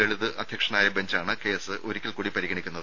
ലളിത് അധ്യക്ഷനായ ബഞ്ചാണ് കേസ് ഒരിക്കൽ കൂടി പരിഗണിക്കുന്നത്